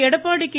Edappadi K